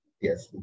Yes